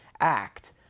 act